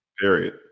Period